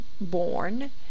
born